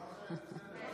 הנושא